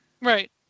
Right